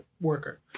worker